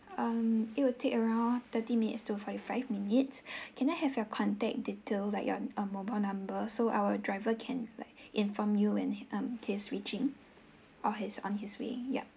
um it will take around thirty minutes to forty five minutes can I have your contact detail like you um mobile number so our driver can like inform you when him um his reaching or his on his way yup